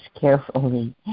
carefully